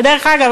ודרך אגב,